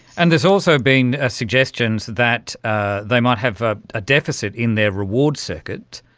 and has also been ah suggestions that they might have a ah deficit in their reward circuit.